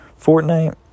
Fortnite